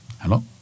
Hello